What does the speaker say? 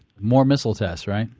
more missile tests, right?